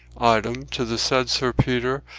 item, to the said sir peter,